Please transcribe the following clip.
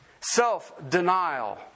self-denial